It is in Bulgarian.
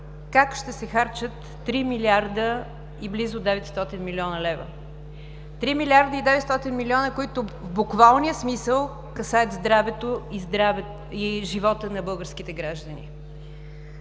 как ще се харчат 3 млрд. и близо 900 млн. лв. – 3 млрд. 900 млн. лв., които в буквалния смисъл касаят здравето и живота на българските граждани.